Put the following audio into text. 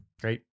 Great